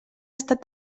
estat